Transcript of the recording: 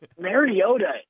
Mariota